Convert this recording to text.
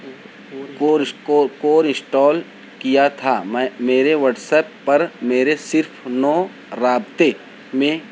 کور اس کو کور اسٹال کیا تھا میں میرے وٹسپ پر میرے صرف نو رابطے میں